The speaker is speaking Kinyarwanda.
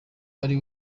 ari